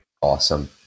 Awesome